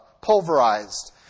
pulverized